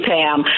Pam